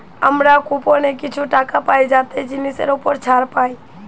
আমরা কুপনে কিছু টাকা পাই যাতে জিনিসের উপর ছাড় পাই